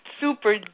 super